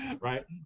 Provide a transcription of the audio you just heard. Right